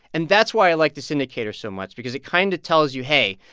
and that's why i like this indicator so much because it kind of tells you, hey,